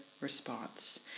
response